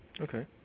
Okay